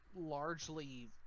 largely –